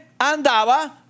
andaba